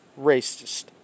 racist